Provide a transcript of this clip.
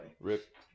Rip